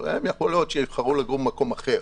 יכול להיות שהם יבחרו לגור במקום אחר,